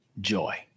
joy